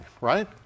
Right